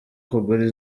kugura